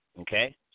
Okay